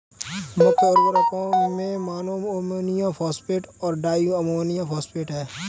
मुख्य उर्वरक में मोनो अमोनियम फॉस्फेट और डाई अमोनियम फॉस्फेट हैं